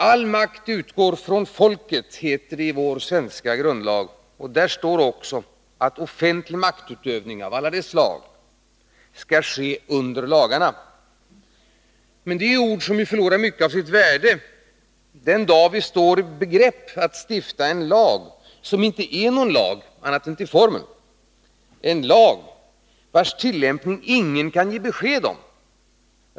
”All makt utgår från folket”, heter det i vår svenska grundlag. Där står också att offentlig maktutövning av alla de slag skall ske under lagarna. Det är ord som förlorar mycket av sitt värde den dag vi står i begrepp att stifta en lag som inte är någon lag annat än till formen, en lag vars tillämpning ingen kan ge besked om.